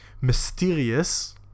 mysterious